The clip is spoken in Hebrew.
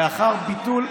לאחר ביטול,